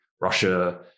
Russia